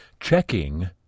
Checking